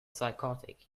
psychotic